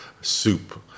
soup